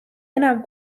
enam